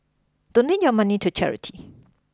donate your money to charity